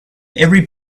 every